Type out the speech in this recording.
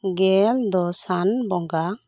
ᱜᱮᱞ ᱫᱚ ᱥᱟᱱ ᱵᱚᱸᱜᱟ